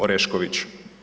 Orešković.